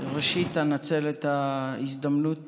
ראשית, אנצל את ההזדמנות